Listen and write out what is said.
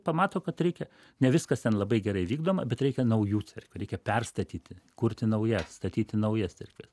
pamato kad reikia ne viskas ten labai gerai vykdoma bet reikia naujų cerkvių reikia perstatyti kurti naujas statyti naujas cerkves